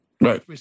Right